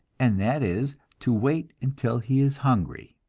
and that is to wait until he is hungry.